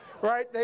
right